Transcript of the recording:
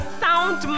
sound